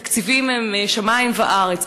התקציבים הם שמים וארץ,